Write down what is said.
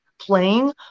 playing